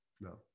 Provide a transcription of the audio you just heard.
No